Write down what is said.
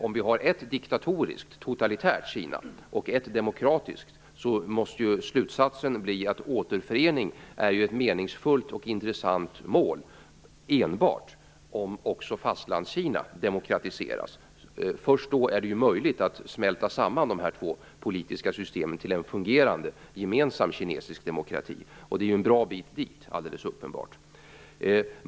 Om vi har ett diktatoriskt och totalitärt Kina och ett demokratiskt Kina, måste slutsatsen bli att återförening är ett meningsfullt och intressant mål enbart om också Fastlandskina demokratiseras. Först då är det möjligt att smälta samman dessa två politiska system till en fungerande gemensam kinesisk demokrati. Det är alldeles uppenbart en bra bit dit.